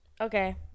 okay